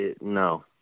No